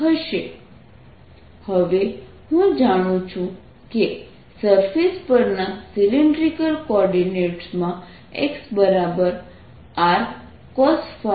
srdϕdz હવે હું જાણું છું કે સરફેસ પરના સિલિન્ડ્રિકલ કોઓર્ડિનેટ્સમાં xRcosϕ i